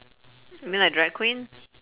you mean like drag queen